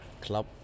club